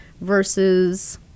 versus